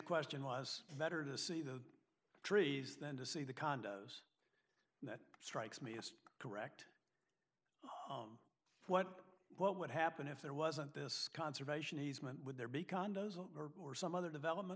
question was better to see the trees than to see the condos that strikes me as correct what what would happen if there wasn't this conservation easement would there be condos or some other development